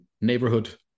neighborhood